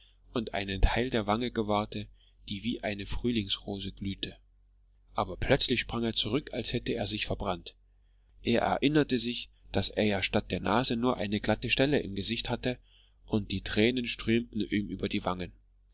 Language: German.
und einen teil der wange gewahrte die wie eine frühlingsrose glühte aber plötzlich sprang er zurück als hätte er sich verbrannt er erinnerte sich daß er ja statt der nase nur eine glatte stelle im gesicht hatte und die tränen strömten ihm über die wangen